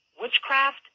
witchcraft